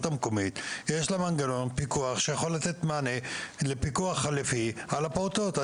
יש מנגנון פיקוח שיכול לתת מענה לפיקוח חלופי על הפעוטות?